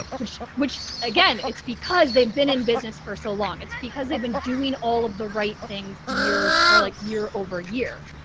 ah which which again, it's because they've been in business for so long, it's because they've been doing all of the right things years or like year over year.